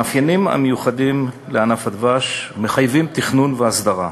המאפיינים של ענף הדבש מחייבים תכנון והסדרה.